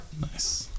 Nice